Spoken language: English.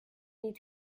need